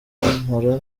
muri